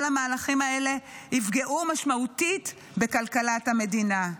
כל המהלכים האלה יפגעו משמעותית בכלכלת המדינה.